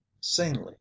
sanely